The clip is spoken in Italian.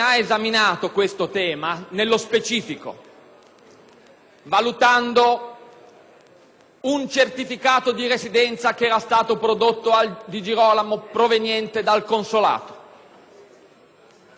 valutando un certificato di residenza, prodotto dal senatore Di Girolamo, proveniente dal consolato, che successivamente è stato revocato, ma che esisteva.